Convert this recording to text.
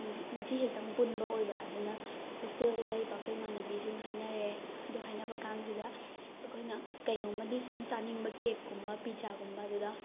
ꯉꯁꯤ ꯈꯛꯇꯪ ꯄꯨꯟꯕ ꯑꯣꯏꯕ ꯑꯗꯨꯅ ꯍꯣꯁꯇꯦꯜꯗ ꯂꯩꯕ ꯑꯩꯈꯣꯏ ꯏꯃꯥꯟꯅꯕꯤꯁꯤꯡ ꯍꯥꯏꯅꯔꯦ ꯑꯗꯣ ꯍꯥꯏꯅꯕ ꯀꯥꯟꯁꯤꯗ ꯑꯩꯈꯣꯏꯅ ꯀꯩꯅꯣꯝꯃꯗꯤ ꯁꯨꯝ ꯆꯥꯅꯤꯡꯕ ꯀꯦꯛꯀꯨꯝꯕ ꯄꯤꯖꯥꯒꯨꯝꯕ ꯑꯗꯨꯗ